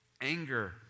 anger